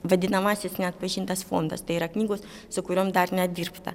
vadinamasis neatpažintas fondastai yra knygos su kuriom dar nedirbta